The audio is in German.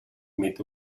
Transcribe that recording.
mit